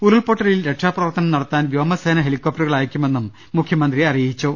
ഉരുൾപൊട്ടലിൽ രക്ഷാ പ്രവർത്തനം നടത്താൻ വ്യോമസേന ഹെലി കോപ്ടറുകൾ അയയ്ക്കുമെന്നും മുഖ്യമന്ത്രി അറിയിച്ചു